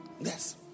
Yes